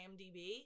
IMDb